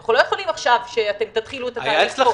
אנחנו לא יכולים שאתם תתחילו את התהליך פה.